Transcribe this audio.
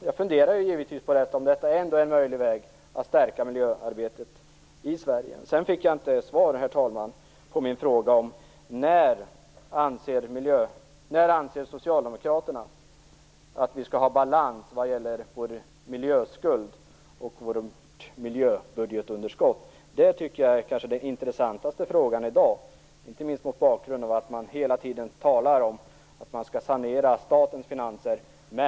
Jag funderar givetvis över om detta ändå är en möjlig väg för att stärka miljöarbetet i Sverige. Jag fick, herr talman, inget svar på min fråga om när socialdemokraterna anser att vi skall ha balans vad gäller vår miljöskuld och vårt miljöbudgetunderskott. Jag tycker att det är den i dag kanske intressantaste frågan, inte minst mot bakgrund av att man hela tiden talar om att man skall sanera statens finanser.